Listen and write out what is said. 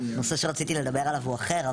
הנושא שרציתי לדבר עליו הוא אחר.